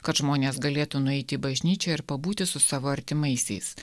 kad žmonės galėtų nueiti į bažnyčią ir pabūti su savo artimaisiais